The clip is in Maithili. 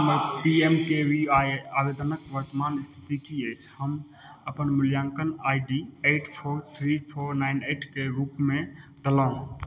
हमर P M K V I आवेदनक वर्तमान स्थिति की अछि हम अपन मूल्याङ्कन I D eight four three four nine eight के रूपमे देलहुँ